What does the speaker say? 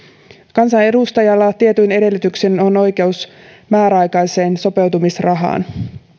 kansanedustajalla tietyin edellytyksin on oikeus määräaikaiseen sopeutumisrahaan